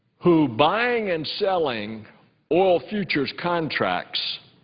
who buying and selling oil futures contracts,